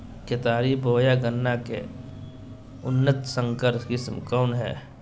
केतारी बोया गन्ना के उन्नत संकर किस्म कौन है?